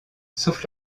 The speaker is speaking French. sauf